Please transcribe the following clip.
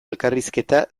elkarrizketa